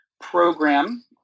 program